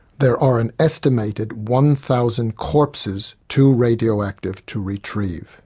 there are an estimated one thousand corpses too radioactive to retrieve.